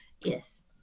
Yes